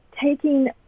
taking